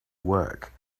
work